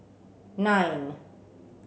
nine